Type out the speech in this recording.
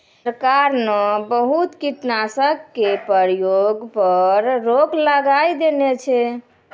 सरकार न बहुत कीटनाशक के प्रयोग पर रोक लगाय देने छै